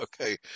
Okay